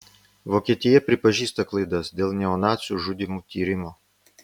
vokietija pripažįsta klaidas dėl neonacių žudymų tyrimo